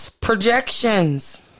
Projections